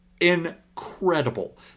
incredible